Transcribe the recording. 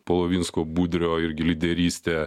polovinsko budrio irgi lyderystė